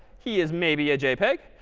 he is maybe a jpeg.